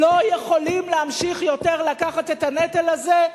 לא יכולים להמשיך יותר לקחת את הנטל הזה,